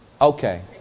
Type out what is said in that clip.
Okay